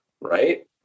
Right